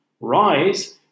rise